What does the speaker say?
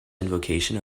invocation